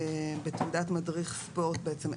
סוג פעילות ספורט טור ב' הרשאות הכלולות בתעודת מדריך ספורט טור